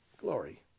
glory